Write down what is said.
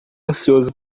ansioso